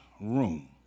room